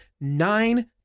nine